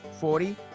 Forty